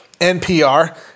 NPR